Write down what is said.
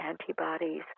antibodies